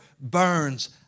burns